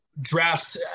drafts